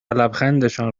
لبخندشان